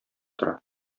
тора